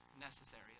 necessary